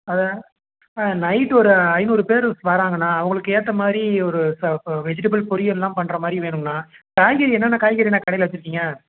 அதை ஆ நைட்டு ஒரு ஐநூறு பேர் வராங்க அண்ணா அவங்களுக்கு ஏற்ற மாதிரி ஒரு சாப்பாட வெஜிடபுள் பொரியல் எல்லாம் பண்ணுற மாதிரி வேணும் அண்ணா காய்கறி என்னென்னா காய்கறிண்ணா கடையில் வச்சி இருக்கீங்க